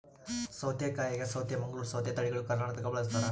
ಸೌತೆಕಾಯಾಗ ಸೌತೆ ಮಂಗಳೂರ್ ಸೌತೆ ತಳಿಗಳು ಕರ್ನಾಟಕದಾಗ ಬಳಸ್ತಾರ